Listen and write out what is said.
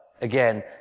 Again